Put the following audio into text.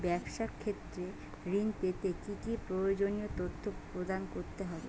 ব্যাবসা ক্ষেত্রে ঋণ পেতে কি কি প্রয়োজনীয় তথ্য প্রদান করতে হবে?